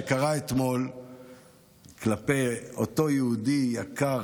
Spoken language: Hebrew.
שקרה אתמול כלפי אותו יהודי יקר,